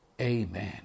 Amen